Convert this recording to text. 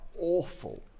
awful